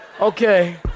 Okay